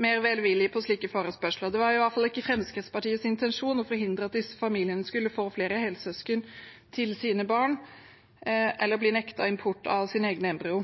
mer velvillig på slike forespørsler. Det var i hvert fall ikke Fremskrittspartiets intensjon å forhindre at disse familiene skulle få flere helsøsken til sine barn eller bli